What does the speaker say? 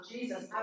Jesus